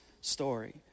story